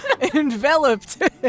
enveloped